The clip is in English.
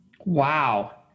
Wow